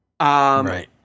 Right